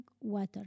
water